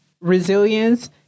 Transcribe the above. resilience